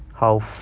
how f~